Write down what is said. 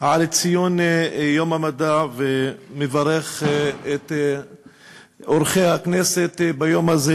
על ציון יום המדע ומברך את אורחי הכנסת ביום הזה,